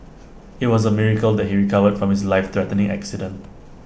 IT was A miracle that he recovered from his lifethreatening accident